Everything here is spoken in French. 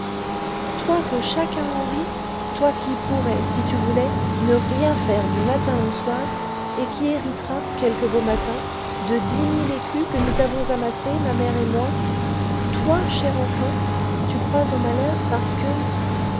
toi que chacun envie toi qui pourrais si tu voulais ne rien faire du matin au soir et qui hériteras quelque beau matin de dix mille écus que nous t'avons amassés ma mère et moi toi chère enfant tu crois au malheur parce que